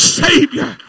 savior